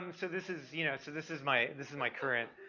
um so this is, you know, so this is my, this is my current,